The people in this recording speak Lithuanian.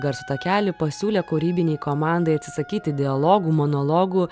garso takelį pasiūlė kūrybinei komandai atsisakyti dialogų monologų